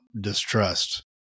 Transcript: distrust